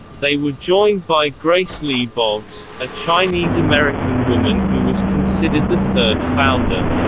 they were joined by grace lee boggs, a chinese american woman who was considered the third founder.